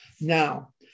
Now